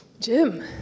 Jim